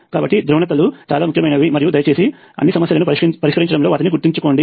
కాబట్టి ధ్రువణతలు చాలా ముఖ్యమైనవి మరియు దయచేసి అన్ని సమస్యలను పరిష్కరించడంలో వాటిని గుర్తుంచుకోండి